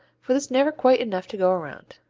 for there's never quite enough to go around.